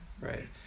right